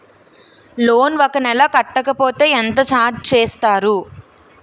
Loan ఒక నెల కట్టకపోతే ఎంత ఛార్జ్ చేస్తారు?